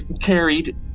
carried